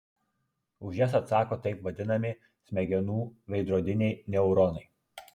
už jas atsako taip vadinami smegenų veidrodiniai neuronai